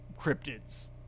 cryptids